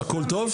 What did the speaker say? שהכול טוב?